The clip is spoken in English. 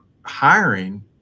hiring